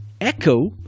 Echo